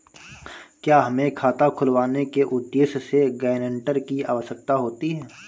क्या हमें खाता खुलवाने के उद्देश्य से गैरेंटर की आवश्यकता होती है?